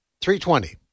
320